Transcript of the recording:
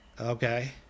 Okay